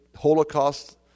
holocaust